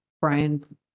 Brian